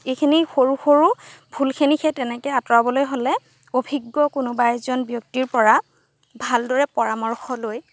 এইখিনি সৰু সৰু ভুলখিনি সেই তেনেকৈ আঁতৰাবলৈ হ'লে অভিজ্ঞ কোনোবা এজন ব্যক্তিৰ পৰা ভালদৰে পৰামৰ্শ লৈ